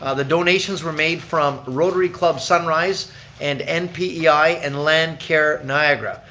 ah the donations were made from rotary club sunrise and npei yeah and landcare niagara.